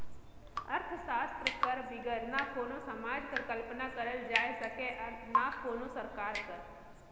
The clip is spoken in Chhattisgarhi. अर्थसास्त्र कर बिगर ना कोनो समाज कर कल्पना करल जाए सके ना कोनो सरकार कर